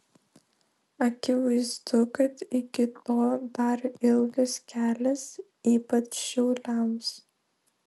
akivaizdu kad iki to dar ilgas kelias ypač šiauliams